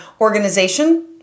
organization